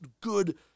good